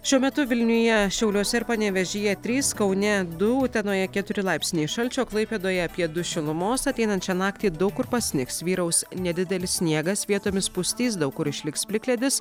šiuo metu vilniuje šiauliuose ir panevėžyje trys kaune du utenoje keturi laipsniai šalčio klaipėdoje apie du šilumos ateinančią naktį daug kur pasnigs vyraus nedidelis sniegas vietomis pustys daug kur išliks plikledis